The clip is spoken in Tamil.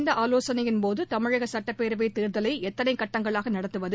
இந்தஆலோசனையின்போது தமிழகசட்டப்பேரவைதேர்தலைஎத்தனைகட்டங்களாகநடத்துவது